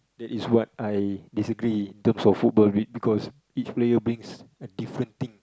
that is what I disagree in terms of football be~ because each player brings a different thing